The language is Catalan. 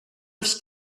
els